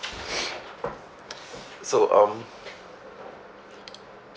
so um